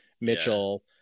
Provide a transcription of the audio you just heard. Mitchell